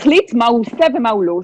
יחליט מה הוא עושה, ומה הוא לא עושה,